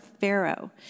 Pharaoh